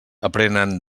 aprenen